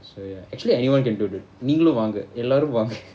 so ya actually anyone can dude நீங்களும்வாங்கஎல்லாரும்வாங்க:neengalaum vanga ellarum vanga